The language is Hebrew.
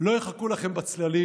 לא יחכו לכם בצללים.